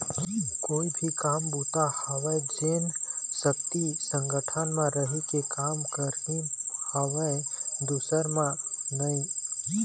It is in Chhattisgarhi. कोनो भी काम बूता होवय जेन सक्ति संगठन म रहिके काम करे म हवय दूसर म नइ